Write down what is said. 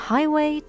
Highway